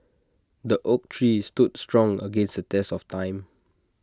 the oak tree stood strong against the test of time